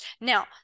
Now